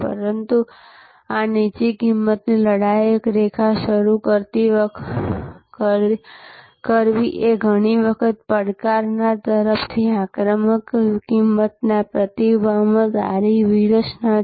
પરંતુ આ નીચી કિંમતની લડાયક રેખા શરૂ કરવી એ ઘણી વખત પડકારનાર તરફથી આક્રમક કિંમતના પ્રતિભાવમાં સારી વ્યૂહરચના છે